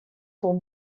sont